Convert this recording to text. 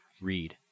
read